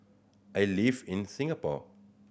I live in Singapore